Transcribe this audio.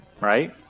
right